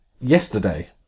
yesterday